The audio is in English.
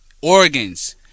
organs